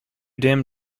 dim